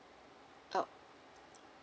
oh